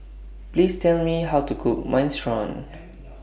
Please Tell Me How to Cook Minestrone